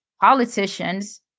politicians